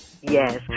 Yes